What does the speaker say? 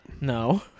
No